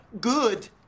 Good